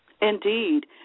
Indeed